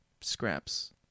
scraps